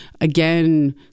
again